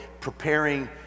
preparing